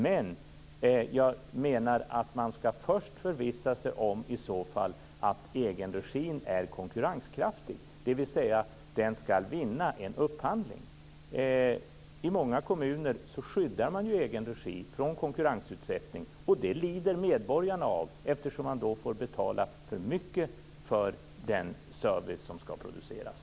Men jag menar att man först skall förvissa sig om att egenregin är konkurrenskraftig, dvs. att den skall vinna en upphandling. I många kommuner skyddar man egen regi från konkurrensutsättning, och det lider medborgarna av eftersom de då får betala för mycket för den service som skall produceras.